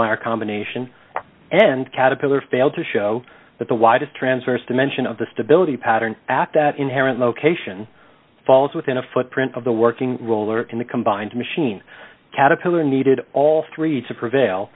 neumeier combination and caterpillar failed to show that the widest transverse dimension of the stability pattern at that inherent location falls within a footprint of the working roller in the combined machine caterpillar needed all d three to prevail